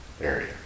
area